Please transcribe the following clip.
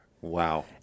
Wow